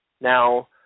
Now